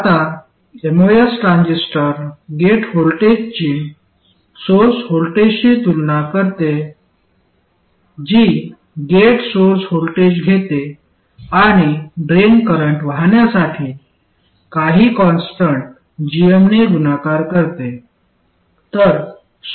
आता MOS transistor gate व्होल्टेजची source व्होल्टेजशी तुलना करते जी गेट सोर्स व्होल्टेज घेते आणि ड्रेन करंट वाहण्यासाठी काही कॉन्स्टन्ट gm ने गुणाकार करते